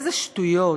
איזה שטויות.